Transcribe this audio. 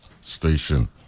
station